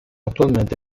attualmente